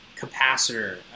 capacitor